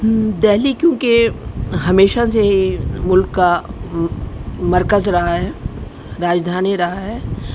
دہلی کیونکہ ہمیشہ سے ملک کا مرکز رہا ہے راجدھانی رہا ہے